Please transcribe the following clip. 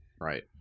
Right